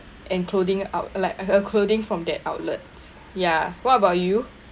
an clothing out~ like a clothing from that outlets ya what about you